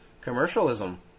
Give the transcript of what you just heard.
commercialism